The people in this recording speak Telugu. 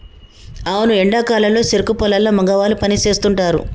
అవును ఎండా కాలంలో సెరుకు పొలాల్లో మగవాళ్ళు పని సేస్తుంటారు